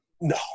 No